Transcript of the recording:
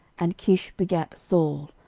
and kish begat saul,